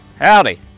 Howdy